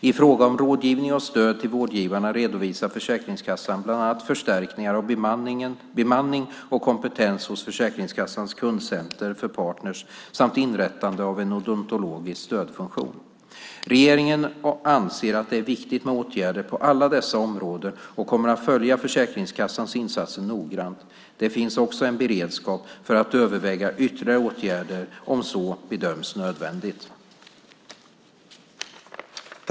I fråga om rådgivning och stöd till vårdgivarna redovisar Försäkringskassan bland annat förstärkningar av bemanning och kompetens hos Försäkringskassans kundcenter för partner samt inrättande av en odontologisk stödfunktion. Regeringen anser att det är viktigt med åtgärder på alla dessa områden och kommer att följa Försäkringskassans insatser noggrant. Det finns också en beredskap för att överväga ytterligare åtgärder om så bedöms nödvändigt.